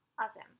awesome